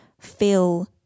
feel